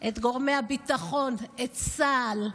את גורמי הביטחון, את צה"ל.